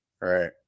right